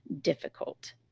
difficult